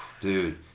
Dude